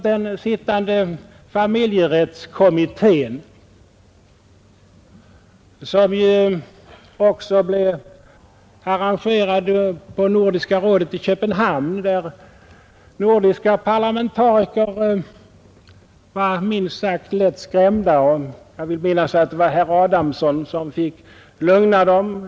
Den sittande familjerättskommittén är det andra exemplet. Den blev också harangerad på Nordiska rådet i Köpenhamn, där nordiska parlamentariker var minst sagt lätt skrämda. Jag vill minnas att det var herr Adamsson som fick lugna dem.